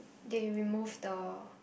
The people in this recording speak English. eh remove the